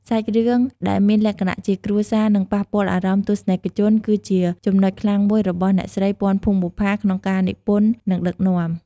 សាច់រឿងដែលមានលក្ខណៈជាគ្រួសារ និងប៉ះពាល់អារម្មណ៍ទស្សនិកជន គឺជាចំណុចខ្លាំងមួយរបស់អ្នកស្រី ពាន់ ភួងបុប្ផា ក្នុងការនិពន្ធ និងដឹកនាំ។